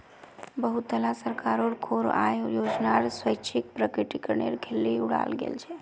बहुतला सरकारोंर द्वारा आय योजनार स्वैच्छिक प्रकटीकरनेर खिल्ली उडाल गेल छे